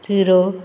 zero